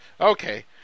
Okay